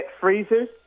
freezers